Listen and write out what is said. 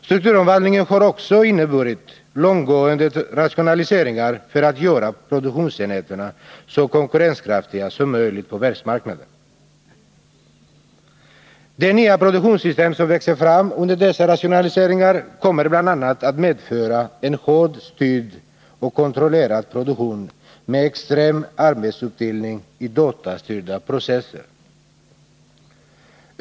Strukturomvandlingen har också inneburit långtgående rationaliseringar för att göra produktionsenheterna så konkurrenskraftiga som möjligt på världsmarknaden. De nya produktionssystem som växer fram under dessa rationaliseringar kommer bl.a. att medföra en hårt styrd och kontrollerad produktion med extrem arbetsuppdelning i datastyrda processer.